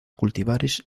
cultivares